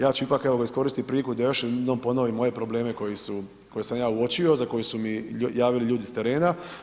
Ja ću ipak, evo, iskoristiti priliku da još jednom ponovim ove probleme koje sam ja uočio, za koje su mi javili ljudi s terena.